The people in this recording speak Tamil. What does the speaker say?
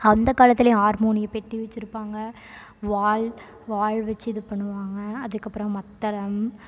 அந்தக் காலத்துலேயும் ஆர்மோனிய பெட்டி வெச்சுருப்பாங்க வால் வாழ் வெச்சு இது பண்ணுவாங்க அதுக்கப்புறம் மத்தளம்